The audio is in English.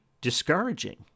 discouraging